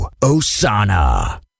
Osana